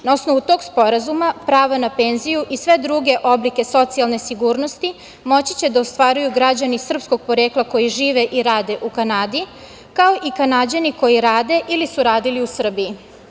Na osnovu tog sporazuma, pravo na penziju i sve druge oblike socijalne sigurnosti moći će da ostvaruju građani srpskog porekla koji žive i rade u Kanadi, kao i Kanađani koji rade ili su radili u Srbiji.